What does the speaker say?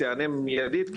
תענה מיידית,